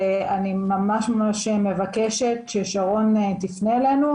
אני ממש מבקשת ששרון תפנה אלינו,